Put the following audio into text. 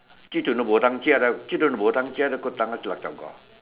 hokkien